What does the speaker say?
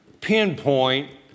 pinpoint